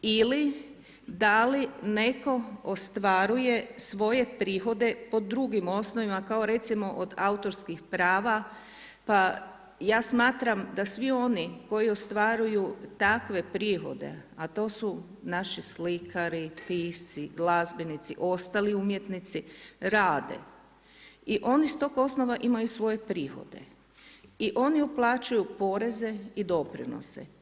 Ili da li netko ostvaruje svoje prihode po drugim osnovama kao recimo od autorskih prava pa ja smatram da svi oni koji ostvaruju takve prihode a to su naši slikari, pisci, glazbenici, ostali umjetnici rade i oni s tog osnova imaju svoje prihode i oni uplaćuju poreze i doprinose.